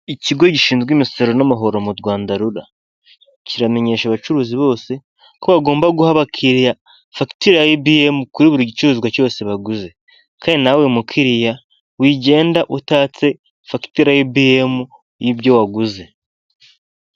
Ikigo gishinzwe imisoro n'amahoro mu Rwanda rura kiramenyesha abacuruzi bose ko bagomba guha abakiriya fagitire ibiyemi, kuri buri gicuruzwa cyose baguze, kandi nawe mukiriya, wigenda utatse fagitire ibiyemu y'ibyo waguze.